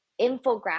infographic